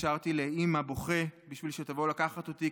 והתקשרתי לאימא בוכה בשביל שתבוא לקחת אותי,